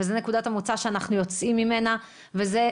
זאת נקודה המוצא שאנחנו יוצאים ממנה, וזו